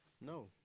No